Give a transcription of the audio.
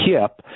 hip